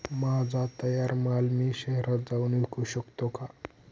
माझा तयार माल मी शहरात जाऊन विकू शकतो का?